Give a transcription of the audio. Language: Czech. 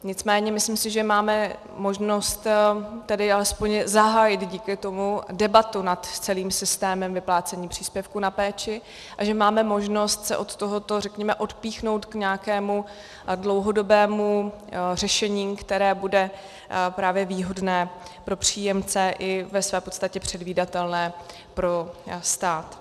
Nicméně myslím si, že máme možnost tedy alespoň zahájit díky tomu debatu nad celým systémem vyplácení příspěvků na péči a že máme možnost se od tohoto odpíchnout k nějakému dlouhodobému řešení, které bude právě výhodné pro příjemce i ve své podstatě předvídatelné pro stát.